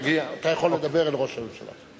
אתה יכול לדבר אל ראש הממשלה.